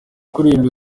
kuririmba